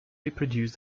reproduce